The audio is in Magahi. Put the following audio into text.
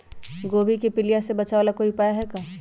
गोभी के पीलिया से बचाव ला कोई उपाय है का?